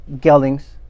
geldings